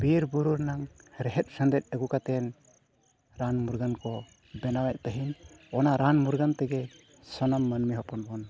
ᱵᱤᱨ ᱵᱩᱨᱩ ᱨᱮᱱᱟᱝ ᱨᱮᱦᱮᱫ ᱥᱮᱸᱫᱮᱛ ᱤᱫᱤ ᱠᱟᱛᱮᱫ ᱨᱟᱱ ᱢᱩᱨᱜᱟᱹᱱ ᱠᱚ ᱵᱮᱱᱟᱣᱮᱫ ᱛᱟᱦᱮᱱ ᱚᱱᱟ ᱨᱟᱱ ᱢᱩᱨᱜᱟᱹᱱ ᱛᱮᱜᱮ ᱥᱟᱱᱟᱢ ᱢᱟᱹᱱᱢᱤ ᱦᱚᱯᱚᱱ ᱵᱚᱱ